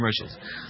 commercials